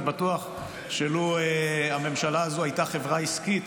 אני בטוח שלו הממשלה הזאת הייתה חברה עסקית